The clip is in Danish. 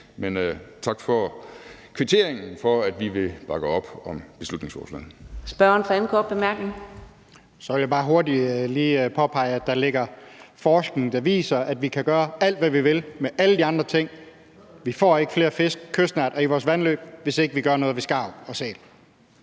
Men tak for kvitteringen for, at vi vil bakke op om beslutningsforslaget.